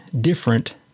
different